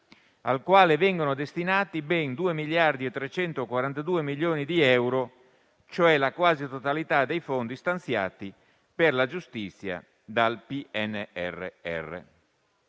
al quale vengono destinati ben 2 miliardi e 342 milioni di euro, cioè la quasi totalità dei fondi stanziati per la giustizia dal PNRR.